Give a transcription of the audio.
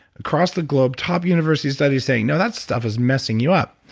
across the globe, top universities study saying, no that stuff is messing you up.